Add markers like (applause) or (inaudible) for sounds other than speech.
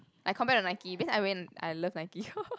like compared to Nike because I real~ I love Nike (laughs)